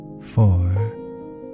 four